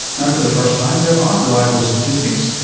now for the first time there are reliable statistics,